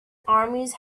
armies